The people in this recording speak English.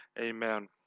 amen